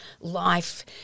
life